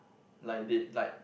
like did like